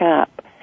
up